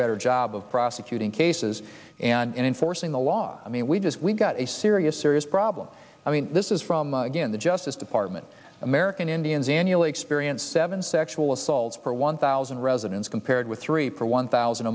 better job of prosecuting cases and enforcing the law i mean we just we've got a serious serious problem i mean this is from the justice department american indians annually experience seven sexual assaults per one thousand residents compared with three per one thousand